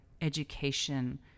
education